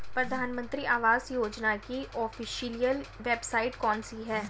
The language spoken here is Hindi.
प्रधानमंत्री आवास योजना की ऑफिशियल वेबसाइट कौन सी है?